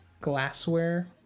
glassware